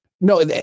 No